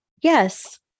Yes